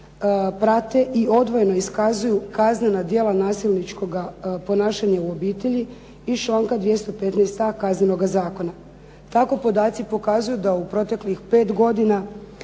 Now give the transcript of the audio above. prate i odvojeno iskazuju kaznena djela nasilničkog ponašanja u obitelji iz članka 215.a Kaznenoga zakona. Tako podaci pokazuju da u proteklih pet godina